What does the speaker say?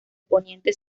poniente